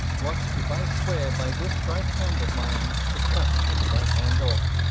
what, if i swear by this right hand of mine to cut this right hand off?